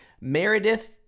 Meredith